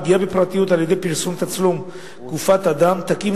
פגיעה בפרטיות על-ידי פרסום תצלום גופת אדם תקים